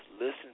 listen